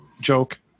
joke